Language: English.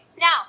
now